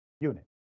unit